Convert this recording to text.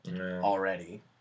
already